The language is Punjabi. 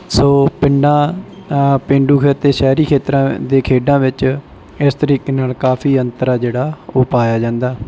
ਸੋ ਪਿੰਡਾਂ ਪੇਂਡੂ ਖੇਤਰ 'ਤੇ ਸ਼ਹਿਰੀ ਖੇਤਰਾਂ ਦੇ ਖੇਡਾਂ ਵਿੱਚ ਇਸ ਤਰੀਕੇ ਨਾਲ ਕਾਫ਼ੀ ਅੰਤਰ ਹੈ ਜਿਹੜਾ ਉਹ ਪਾਇਆ ਜਾਂਦਾ